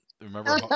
remember